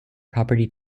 property